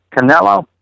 Canelo